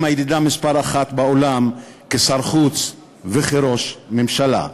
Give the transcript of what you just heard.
הידידה מספר אחת בעולם כשר חוץ וכראש ממשלה.